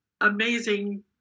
amazing